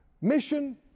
mission